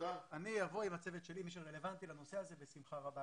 אני אבוא עם הצוות שלי שרלוונטי לנושא הזה בשמחה רבה.